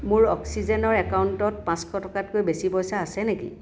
মোৰ অক্সিজেনৰ একাউণ্টত পাঁচশ টকাতকৈ বেছি পইচা আছে নেকি